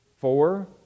Four